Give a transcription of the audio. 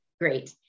great